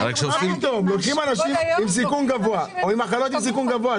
תבין, לוקחים אנשים עם מחלה בסיכון גבוה.